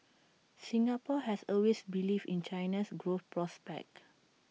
Singapore has always believed in China's growth prospects